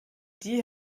die